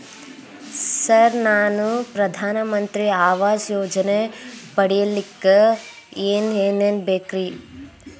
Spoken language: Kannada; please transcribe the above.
ಸರ್ ನಾನು ಪ್ರಧಾನ ಮಂತ್ರಿ ಆವಾಸ್ ಯೋಜನೆ ಪಡಿಯಲ್ಲಿಕ್ಕ್ ಏನ್ ಏನ್ ಬೇಕ್ರಿ?